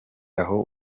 aho